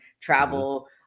travel